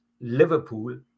Liverpool